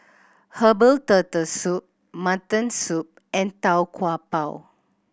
herbal Turtle Soup mutton soup and Tau Kwa Pau